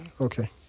Okay